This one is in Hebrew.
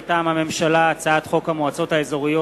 מטעם הממשלה: הצעת חוק המועצות האזוריות